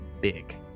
big